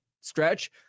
stretch